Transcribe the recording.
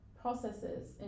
processes